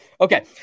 Okay